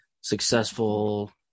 successful